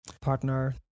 Partner